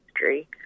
history